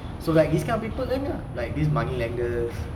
so like this kind of people earn ah like this moneylenders